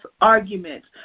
arguments